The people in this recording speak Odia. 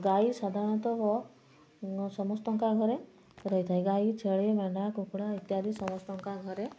ଗାଈ ସାଧାରଣତଃ ସମସ୍ତଙ୍କ ଘରେ ରହିଥାଏ ଗାଈ ଛେଳି ମେଣ୍ଢା କୁକୁଡ଼ା ଇତ୍ୟାଦି ସମସ୍ତଙ୍କ ଘରେ